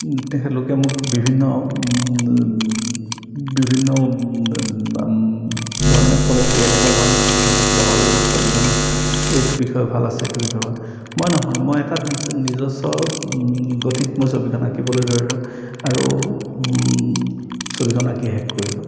তেখেতলোকে মোক বিভিন্ন বিভিন্ন ধৰণে ক'ল যে এনেকুৱা ধৰণে ছবিখন আঁকিলে ভাল লাগিব ছবিখনৰ এইটো বিষয় ভাল আছে এইটো বিষয়ে মই নহয় মই এটা নিজ নিজস্ব গতিত মই ছবিখন আঁকিবলৈ ধৰিলোঁ আৰু ছবিখন আঁকি শেষ কৰিলোঁ